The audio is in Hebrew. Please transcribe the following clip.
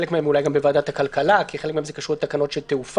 חלק מהם אולי גם בוועדת הכלכלה כי חלק מהם קשור לתקנות של תעופה.